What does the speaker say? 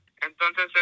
entonces